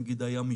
נניח הימית.